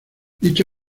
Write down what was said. dicho